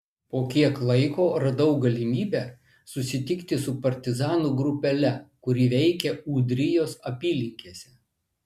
po kiek laiko radau galimybę susitikti su partizanų grupele kuri veikė ūdrijos apylinkėse